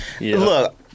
Look